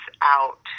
out